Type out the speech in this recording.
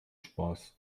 spaß